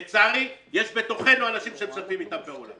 לצערי, יש בתוכנו אנשים שמשתפים איתם פעולה.